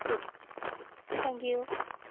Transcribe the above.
ശെരി താങ്ക്യൂ